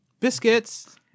Biscuits